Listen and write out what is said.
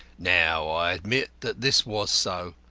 now i admit that this was so,